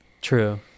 true